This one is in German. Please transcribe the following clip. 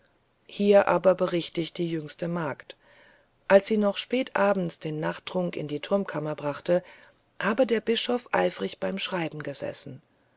hier aber berichtigt die jüngste magd als sie noch spät abends den nachttrunk in die turmkammer brachte habe der bischof eifrig beim schreiben gesessen